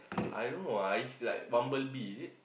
I don't know ah is it like Bumblebee is it